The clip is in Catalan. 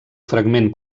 fragment